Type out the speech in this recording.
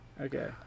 okay